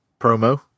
promo